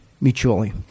Mutually